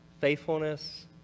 Faithfulness